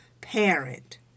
parent